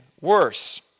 worse